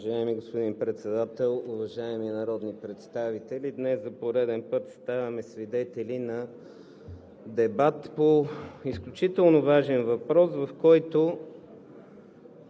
Уважаеми господин Председател, уважаеми народни представители! Днес за пореден път ставаме свидетели на дебат по изключително важен въпрос, в който